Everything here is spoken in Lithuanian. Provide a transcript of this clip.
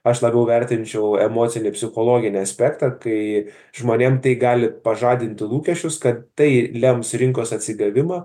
aš labiau vertinčiau emocinį psichologinį aspektą kai žmonėm tai gali pažadinti lūkesčius kad tai lems rinkos atsigavimą